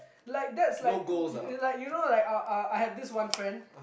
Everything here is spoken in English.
like that's like like you know like uh uh I had this one friend